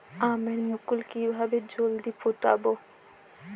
আমের মুকুল কিভাবে জলদি ফুটাব?